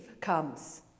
comes